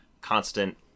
constant